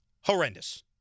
Horrendous